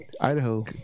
Idaho